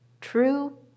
true